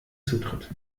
zutritt